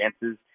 chances